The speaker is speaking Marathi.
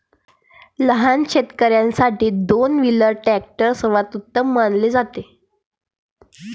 लहान शेतकर्यांसाठी दोन व्हीलर ट्रॅक्टर सर्वोत्तम मानले जाते